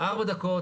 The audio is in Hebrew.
ארבע דקות